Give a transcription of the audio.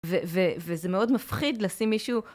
וזה מאוד מפחיד לשים מישהו